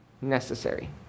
necessary